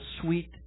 sweet